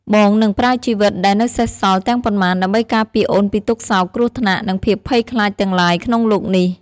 បងនឹងប្រើជីវិតដែលនៅសេសសល់ទាំងប៉ុន្មាន ដើម្បីការពារអូនពីទុក្ខសោក គ្រោះថ្នាក់ និងភាពភ័យខ្លាចទាំងឡាយក្នុងលោកនេះ។